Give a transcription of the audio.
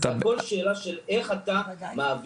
זה הכל שאלה של איך אתה מעביר.